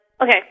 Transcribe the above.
okay